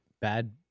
bad